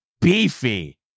beefy